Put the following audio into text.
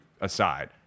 aside